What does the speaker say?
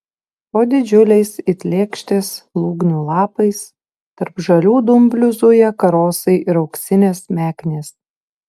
po didžiuliais it lėkštės lūgnių lapais tarp žalių dumblių zuja karosai ir auksinės meknės